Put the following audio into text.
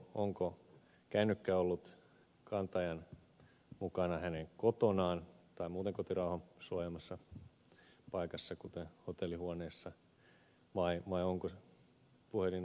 onko kännykkä ollut kantajan mukana hänen kotonaan tai muuten kotirauhan suojaamassa paikassa kuten hotellihuoneessa vai onko se puhelin ollut vaikkapa työhuoneen pöydällä